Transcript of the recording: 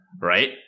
right